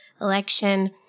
election